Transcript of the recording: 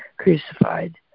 crucified